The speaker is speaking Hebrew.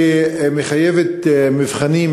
שמחייב מבחנים